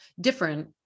different